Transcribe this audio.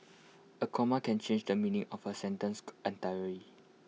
A comma can change the meaning of A sentence entirely